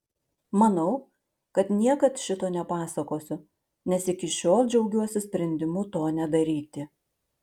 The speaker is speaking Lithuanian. manau kad niekad šito nepasakosiu nes iki šiol džiaugiuosi sprendimu to nedaryti